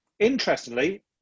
Interestingly